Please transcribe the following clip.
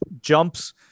jumps